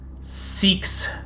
Seeks